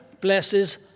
blesses